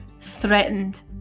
threatened